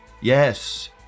Yes